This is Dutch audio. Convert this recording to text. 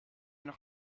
nog